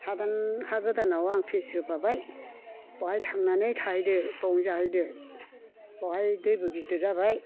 हादान आं हा गोदानाव फिस होफाबाय बेवहाय थांनानै थाहैदो बेवनो जाहैदो बेवहाय दैबो गिदिर जाबाय